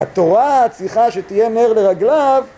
התורה צריכה שתהיה נר לרגליו